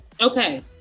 okay